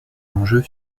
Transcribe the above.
enjeux